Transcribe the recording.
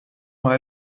mal